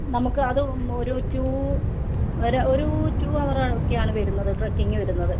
നമുക്ക് അത് ഒരു ടൂ വരെ ഒരു ടൂ ഹവറാ ഒക്കെയാണ് വരുന്നത് ട്രക്കിങ്ങ് വരുന്നത്